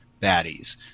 baddies